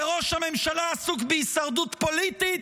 כי ראש הממשלה עסוק בהישרדות פוליטית,